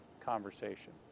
conversation